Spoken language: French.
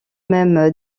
même